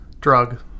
drug